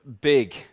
big